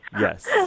Yes